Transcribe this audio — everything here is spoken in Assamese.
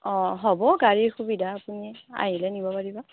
অ' হ'ব গাড়ীৰ সুবিধা আপুনি আহিলে নিব পাৰিব